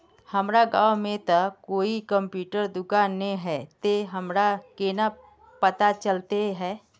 हमर गाँव में ते कोई कंप्यूटर दुकान ने है ते हमरा केना पता चलते है?